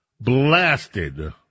blasted